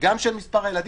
וגם של מספר הילדים,